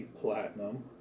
Platinum